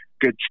Good